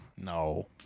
No